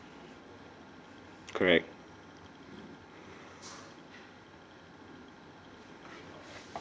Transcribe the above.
correct